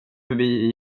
förbi